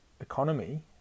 economy